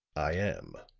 i am.